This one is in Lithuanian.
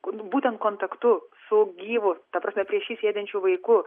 būtent kontaktu su gyvu ta prasme prieš jį sėdinčiu vaiku